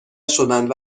شدند